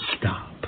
Stop